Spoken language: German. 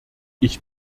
ich